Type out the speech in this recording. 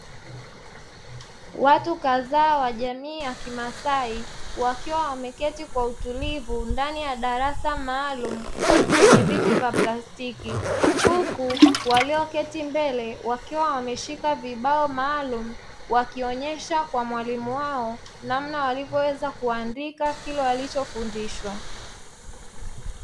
Watu kadhaa wa jamii ya kimasai wakiwa wameketi kwa utulivu ndani ya darasa maalumu kwenye viti vya plastiki, huku walioketi mbele wakiwa wameshika vibao maalumu wakionyesha kwa mwalimu wao namna walivyoweza kuandika.